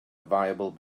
viable